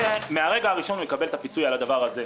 על הדבר הזה הוא יקבל את הפיצוי מהרגע הראשון.